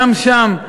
גם שם,